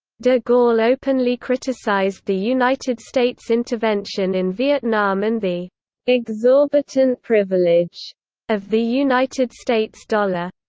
de gaulle openly criticised the united states intervention in vietnam and the exorbitant privilege of the united states dollar.